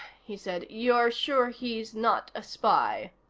he said, you're sure he's not a spy?